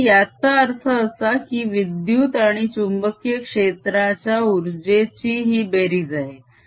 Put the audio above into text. आणि याचा अर्थ असा की विद्युत आणि चुंबकीय क्षेत्राच्या उर्जेची ही बेरीज आहे